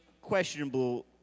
questionable